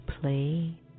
play